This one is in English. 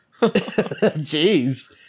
Jeez